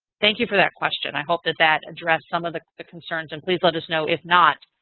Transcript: thank you for that question. i hope that that addressed some of the the concerns. and please let us know if not,